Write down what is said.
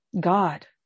God